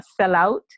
sellout